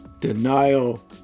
denial